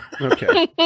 Okay